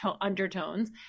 undertones